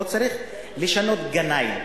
לא צריך לשנות גנאים,